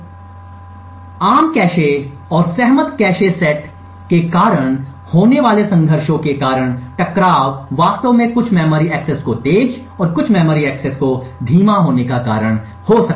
अब आम कैश और सहमत कैश सेट के कारण होने वाले संघर्षों के कारण टकराव वास्तव में कुछ मेमोरी एक्सेस को तेज और कुछ मेमोरी एक्सेस को धीमा होने का कारण हो सकता है